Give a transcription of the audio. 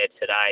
today